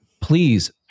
please